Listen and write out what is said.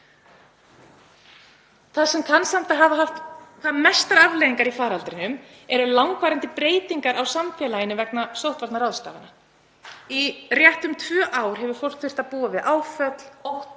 Það sem kann að hafa haft hvað mestar afleiðingar í faraldrinum eru langvarandi breytingar á samfélaginu vegna sóttvarnaráðstafana. Í rétt um tvö ár þurfti fólk að búa við áföll,